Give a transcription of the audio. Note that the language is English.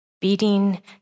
Beating